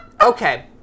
Okay